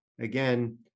again